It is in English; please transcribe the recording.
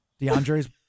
DeAndre's